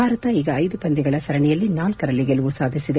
ಭಾರತ ಈಗ ಐದು ಪಂದ್ಯಗಳ ಸರಣಿಯಲ್ಲಿ ನಾಲ್ಕರಲ್ಲಿ ಗೆಲುವು ಸಾಧಿಸಿದೆ